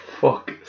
fuck